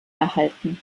erhalten